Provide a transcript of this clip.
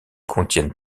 contiennent